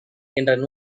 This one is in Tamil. என்ற